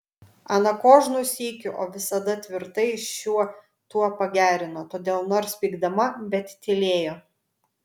ana kožnu sykiu o visada tvirtai šiuo tuo pagerino todėl nors pykdama bet tylėjo